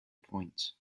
points